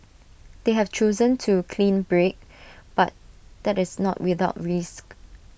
they have chosen to clean break but that is not without risk